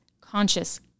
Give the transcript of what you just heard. conscious